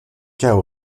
cao